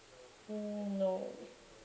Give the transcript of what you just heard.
mm no